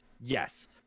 yes